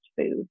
food